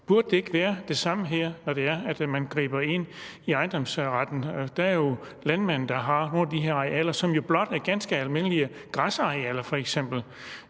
Burde det ikke være det samme her, når man griber ind i ejendomsretten? Det er jo landmænd, der har nogle af de her arealer, som f.eks. blot er ganske almindelige græsarealer,